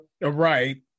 right